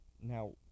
Now